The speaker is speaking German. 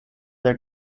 der